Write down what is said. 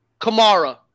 Kamara –